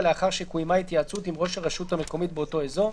לאחר שקוימה התייעצות עם ראש הרשות המקומית באותו אזור,